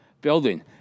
building